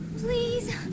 Please